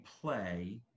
play